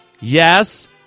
Yes